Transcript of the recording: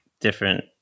different